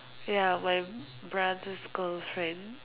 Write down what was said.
ya my brother's girlfriend